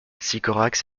sycorax